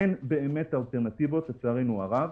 אין באמת אלטרנטיבות, לצערנו הרב.